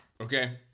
Okay